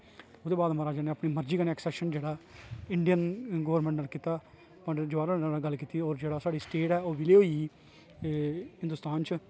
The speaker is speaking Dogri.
ओहदे बाद महाराजा ने अपनी मर्जी कन्नै एक्सेशन जेहड़ा इडियन गवर्नमेंट कन्नै कीता पंडत ज्वाहर लाल नेहरु ने ओहदे कन्नै गल्ल कीती और जेहड़ा साढ़ी स्टेट ऐ बिलए होई गेई एह् हिन्दुस्तान च